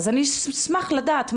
אז אני אשמח לדעת,